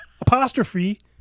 Apostrophe